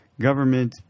government